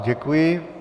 Děkuji.